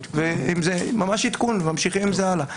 וזה ממש עדכון וממשיכים עם זה הלאה.